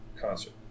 concert